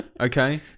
Okay